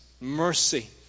mercy